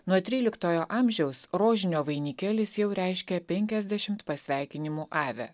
nuo tryliktojo amžiaus rožinio vainikėlis jau reiškia penkiasdešimt pasveikinimų ave